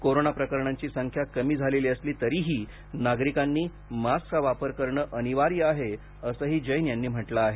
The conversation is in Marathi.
कोरोना प्रकरणांची संख्या कमी झालेली असली तरीही नागरिकांनी मास्कचा वापर करणे अनिवार्य आहे असंही जैन यांनी म्हटलं आहे